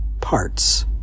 parts